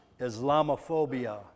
Islamophobia